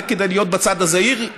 זה כדי להיות בצד הזהיר,